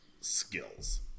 skills